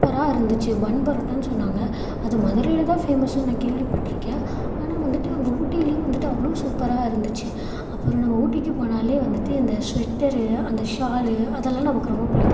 சூப்பராக இருந்துச்சு பன் பரோட்டான்னு சொன்னாங்க அது மதுரையில் தான் ஃபேமஸ்ஸுனு கேள்வி பட்டிருக்கேன் ஆனால் வந்துட்டு அங்கே ஊட்டிலையும் வந்துட்டு அவ்வளோ சூப்பராக இருந்துச்சு அப்புறம் நாங்கள் ஊட்டிக்கு போனாலே வந்துட்டு இந்த ஸ்வெட்டர் அந்த ஷால் அதெல்லாம் நமக்கு ரொம்ப பிடிக்கும்